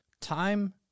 time